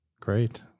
Great